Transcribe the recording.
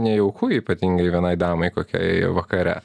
nejauku ypatingai vienai damai kokiai vakare